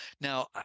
Now